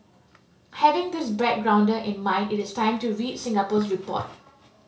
having this backgrounder in mind it is time to read Singapore's report